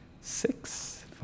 six